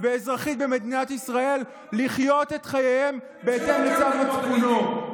ואזרחית במדינת ישראל לחיות את חייהם בהתאם לצו מצפונם.